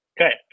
Okay